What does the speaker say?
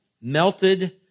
melted